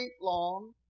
long